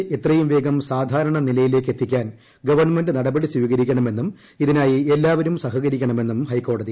ശബരിമല എത്രയും വേഗം സാധാരണ നിലയിലേക്ക് എത്തിക്കാൻ ഗവണ്മെന്റ് നടപടി സ്വീകരിക്കണമെന്നും ഇതിനായി എല്ലാവരും സഹകരിക്കണമെന്നും ഹൈക്കോടതി